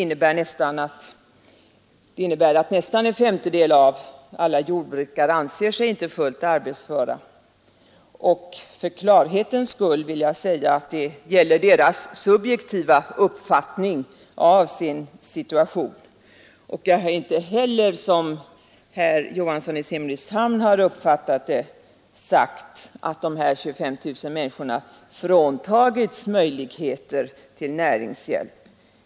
Det innebär att nästan en femtedel av alla jordbrukare anser sig inte fullt arbetsföra. Det gäller — för klarhetens skull — deras subjektiva uppfattning av sin situation. Jag har inte som herr Johansson i Simrishamn har uppfattat det, sagt att dessa 25 000 människor fråntagits möjligheter till näringshjälp.